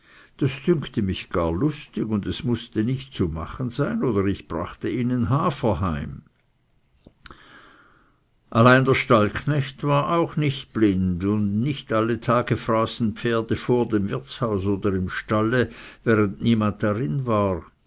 das dünkte mich gar lustig und es mußte nicht zu machen sein oder ich brachte ihnen hafer mit allein der stallknecht war auch nicht blind und nicht alle tage fraßen pferde vor dem wirtshaus oder im stalle während niemand darin war